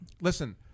Listen